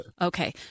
Okay